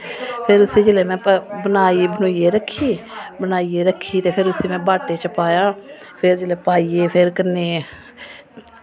ते उसी फिर जेल्लै में बनाइयै रक्खी ते उसी फिर में बाटै च पाया फिर जेल्लै पाइयै फिर कन्नै